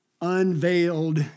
unveiled